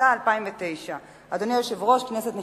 התש"ע 2009. אדוני היושב-ראש, כנסת נכבדה,